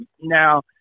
Now